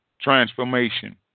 transformation